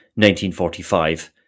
1945